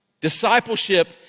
discipleship